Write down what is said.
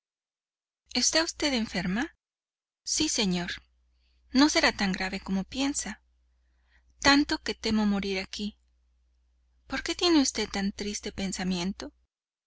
está usted enferma sí señor no será tan grave como piensa tanto que temo morir aquí por qué tiene usted tan triste pensamiento